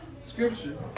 scripture